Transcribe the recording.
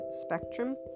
spectrum